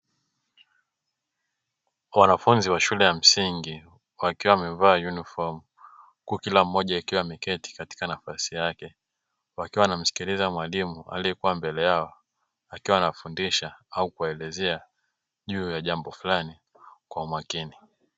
Wanafunzi wa shule ya msingi wakiwa wamevaa yunifomu huku kila mmoja akiwa ameketi kwenye nafasi yake, wakiwa wanamsikiliza mwalimu aliyekuwa mbele yao, akiwa anafindisha au kuelezea juu ya jambo fulani kwa umakini.